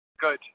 Good